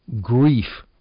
grief